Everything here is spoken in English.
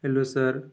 hello sir